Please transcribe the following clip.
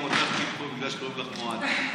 גם אותך קיפחו בגלל שקוראים לך מואטי.